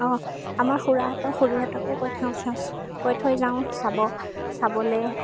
অঁ আমাৰ খুৰাহঁতক খুৰীহঁতকে কৈ থওঁ কৈ থৈ যাওঁ চাব চাবলৈ